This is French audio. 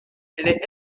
est